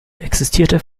existierte